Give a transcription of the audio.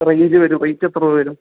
range വരും rate എത്ര രൂപ വരും